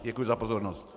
Děkuji za pozornost.